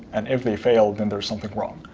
and if they fail, then there's something wrong.